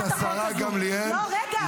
אני מזמין את השרה גמליאל להציג --- לא, רגע.